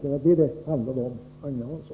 Det var detta det handlade om, Agne Hansson.